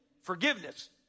forgiveness